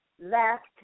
left